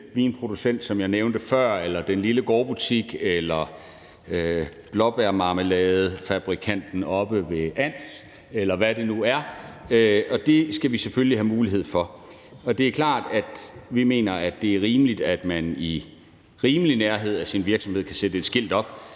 vinproducent, som jeg nævnte før, eller den lille gårdbutik eller blåbærmarmeladefabrikanten oppe ved Ans, eller hvad det nu er – og det skal vi selvfølgelig have mulighed for. Det er klart, at vi mener, at det er rimeligt, at man i rimelig nærhed af sin virksomhed kan sætte et skilt op.